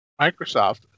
Microsoft